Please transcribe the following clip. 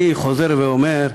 אני חוזר ואומר: